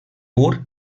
pur